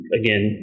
again